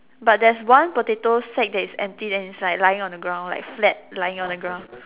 but there's one potato sack that is empty inside lying on the ground like flat lying on the ground